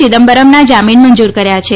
ચિદમ્બરમના જામીન મંજૂર કર્યા છે